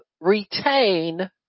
retain